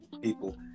people